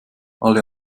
alle